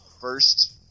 first